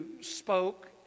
spoke